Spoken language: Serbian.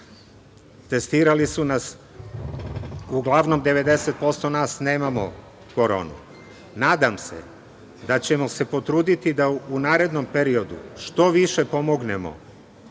testirali su nas. Uglavnom 90% nas nemamo koronu. Nadam se da ćemo se potruditi da u narednom periodu što više pomognemo